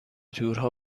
تورها